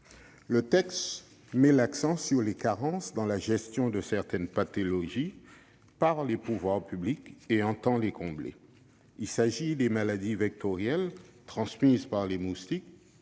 Le texte met l'accent sur les carences dans la gestion de certaines pathologies par les pouvoirs publics et vise à les combler. Il s'agit, d'une part, des maladies vectorielles transmises par les moustiques